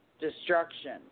destruction